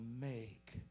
make